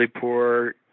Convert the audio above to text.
poor